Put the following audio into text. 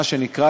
מה שנקרא,